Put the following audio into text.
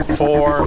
four